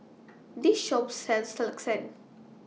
This Shop sells Lasagne